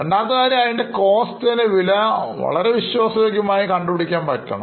രണ്ടാമത്തെ കാര്യം അതിൻറെ കോസ്റ്റ് അല്ലെങ്കിൽ വില reliably കണ്ടുപിടിക്കാൻ പറ്റണം